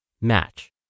match